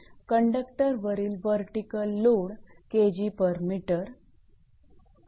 कंडक्टरवरील vertical load 𝐾𝑔𝑚 c